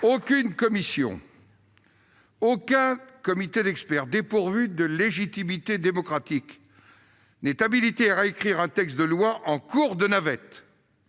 Aucune commission, aucun comité d'experts dépourvu de légitimité démocratique n'est habilité à réécrire un texte de loi en cours de navette.